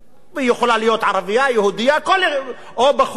והיא יכולה להיות ערבייה, יהודייה, או בחור,